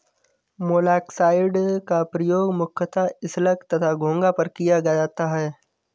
मोलॉक्साइड्स का प्रयोग मुख्यतः स्लग तथा घोंघा पर किया जाता है